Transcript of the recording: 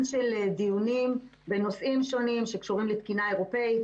של דיונים בנושאים שונים שקשורים לתקינה אירופית,